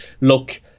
look